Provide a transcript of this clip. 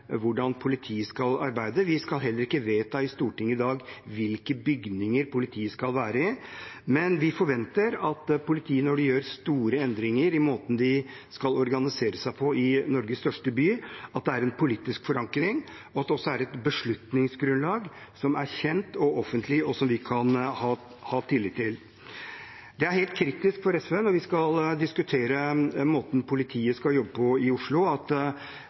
hvordan politiet skal arbeide. Vi skal heller ikke vedta i Stortinget i dag hvilke bygninger politiet skal være i. Men vi forventer at når politiet gjør store endringer i måten de skal organisere seg på i Norges største by, har disse en politisk forankring, og vi forventer også at det er et beslutningsgrunnlag som er kjent og offentlig, og som vi kan ha tillit til. Det er helt kritisk for SV, når vi skal diskutere måten politiet skal jobbe på i Oslo, at